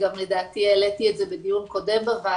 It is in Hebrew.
וגם לדעתי העליתי את זה בדיון קודם בוועדה.